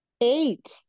Eight